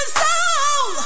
soul